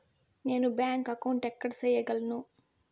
నేను bank account ఎక్కడ సేయగలను